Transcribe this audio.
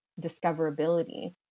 discoverability